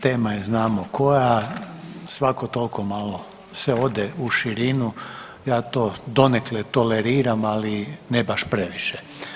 Tema je znamo koja svako toliko malo se ode u širinu, ja to donekle toleriram, ali ne baš previše.